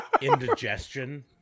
indigestion